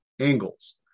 Angles